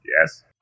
Yes